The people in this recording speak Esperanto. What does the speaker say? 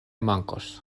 mankos